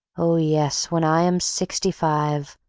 oh yes, when i am sixty-five,